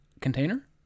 container